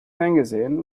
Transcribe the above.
ferngesehen